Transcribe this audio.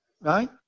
Right